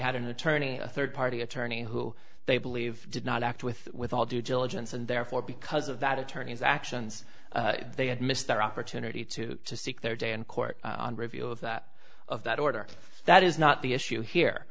had an attorney a third party attorney who they believe did not act with with all due diligence and therefore because of that attorney's actions they had missed their opportunity to seek their day in court on review of that of that order that is not the issue